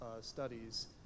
studies